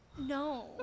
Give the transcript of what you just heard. no